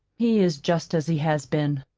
he is just as he has been.